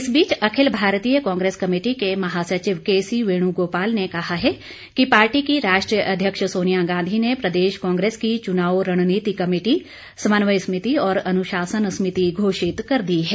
इस बीच अखिल भारतीय कांग्रेस कमेटी के महासचिव के सी वेणुगोपाल ने कहा है कि पार्टी की राष्ट्रीय अध्यक्ष सोनिया गांधी ने प्रदेश कांग्रेस की चुनाव रणनीति कमेटी समन्वय समिति और अनुशासन समिति घोषित कर दी है